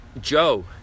Joe